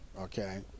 okay